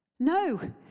No